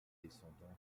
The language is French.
descendants